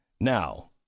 Now